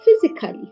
physically